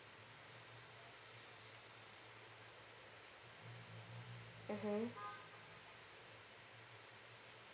mmhmm